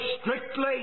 strictly